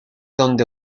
donde